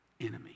enemy